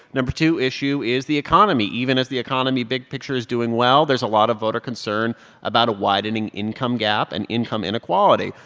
no. but two issue is the economy, even as the economy, big picture, is doing well. there's a lot of voter concern about a widening income gap and income inequality.